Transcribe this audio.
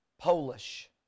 Polish